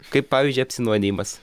kaip pavyzdžiui apsinuodijimas